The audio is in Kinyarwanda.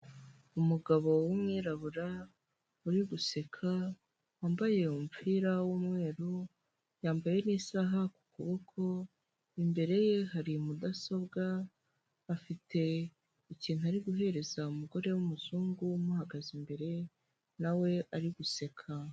Umugabo w'umwirabura uri guseka wambaye umupira w'umweru yambaye isaha ku kuboko imbere ye hari mudasobwa afite ikintu ari guhereza umugore w'umuzungu umuhagaze imbere nawe ari guseka.